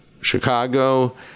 Chicago